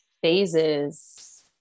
phases